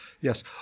yes